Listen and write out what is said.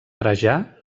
trajà